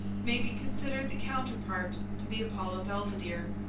may be considered the counterpart to the apollo belvedere.